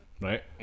right